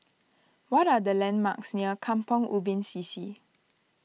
what are the landmarks near Kampong Ubi CC